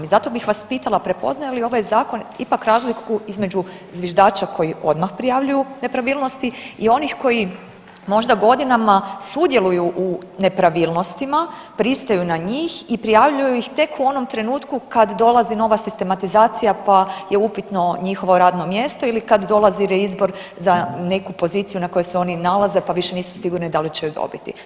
I zato bih vas pitala prepoznaje li ovaj zakon ipak razliku između zviždača koji odmah prijavljuju nepravilnosti i onih koji možda godinama sudjeluju u nepravilnostima, pristaju na njih i prijavljuju ih tek u onom trenutku kad dolazi nova sistematizacija pa je upitno njihovo radno mjesto ili kad dolazi reizbor za neku poziciju na kojoj se oni nalaze, pa više nisu sigurni da li će je dobiti.